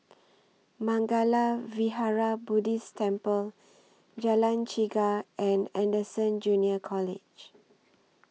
Mangala Vihara Buddhist Temple Jalan Chegar and Anderson Junior College